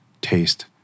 taste